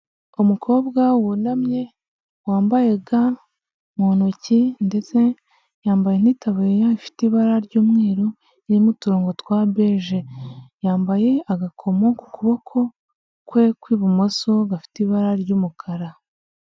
Umukobwa wunamye wambaye ga mu ntoki ndetse yambaye n'itaburiya ifite ibara ry'umweru, ririmo uturongo twa beje, yambaye agakomo ku kuboko kwe kw'ibumoso, gafite ibara ry'umukara.